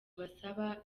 abasaba